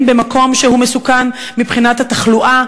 במקום שהוא מסוכן מבחינת התחלואה,